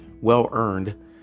well-earned